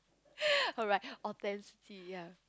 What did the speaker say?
oh right authenticity ya